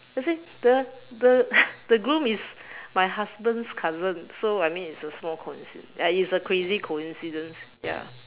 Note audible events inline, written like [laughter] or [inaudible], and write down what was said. I say the the [noise] the groom is my husband's cousin so I mean it's a small coinci~ ya it's a crazy coincidence ya